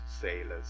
sailors